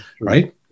Right